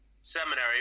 seminary